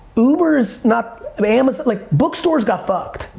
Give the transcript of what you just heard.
uber is not, um amazon, like bookstores got fucked.